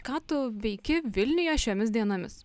ką tu veiki vilniuje šiomis dienomis